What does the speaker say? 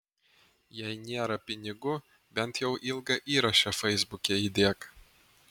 jei nėra pinigų bent jau ilgą įrašą feisbuke įdėk